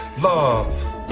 love